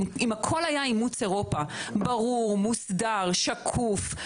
אם הכל היה אימוץ אירופה, ברור, מוסדר, שקוף.